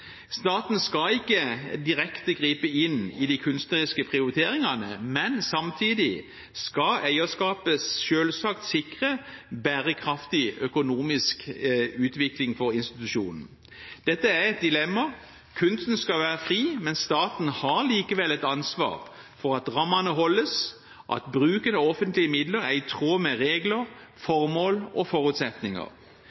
Staten skal ikke direkte gripe inn i de kunstneriske prioriteringene, men samtidig skal eierskapet selvsagt sikre bærekraftig økonomisk utvikling for institusjonen. Dette er et dilemma. Kunsten skal være fri, men staten har likevel et ansvar for at rammene holdes, at bruken av offentlige midler er i tråd med regler,